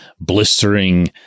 blistering